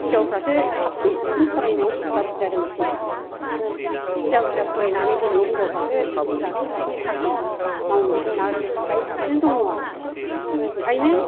हिनजावफ्रासो साबसिन साबसिन फरायनो बुरजा बुरजा रोंसिनबावबाय बुरजा बुरजा फरायनानै दोनै हिनजावफ्रासो दिग्रि लाखि लाखि साख्रिखौ मावनो हागासिनो दं आरो ओंखायनो